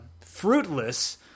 fruitless